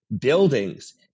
buildings